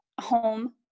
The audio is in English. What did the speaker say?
home